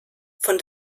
von